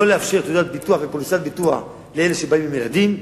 לא לאפשר תעודת ביטוח ופוליסת ביטוח לאלה שבאים עם ילדים.